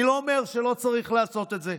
אני לא אומר שלא צריך לעשות את זה.